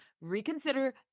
reconsider